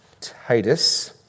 Titus